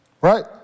Right